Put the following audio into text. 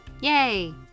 yay